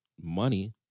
money